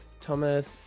Thomas